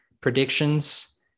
predictions